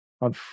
on